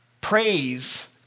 praise